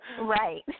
Right